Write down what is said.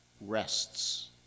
rests